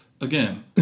Again